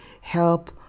help